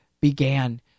began